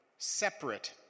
Separate